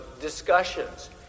discussions